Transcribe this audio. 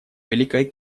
великое